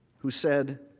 who said,